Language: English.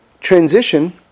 transition